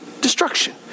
destruction